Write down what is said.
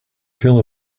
kill